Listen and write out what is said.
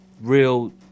real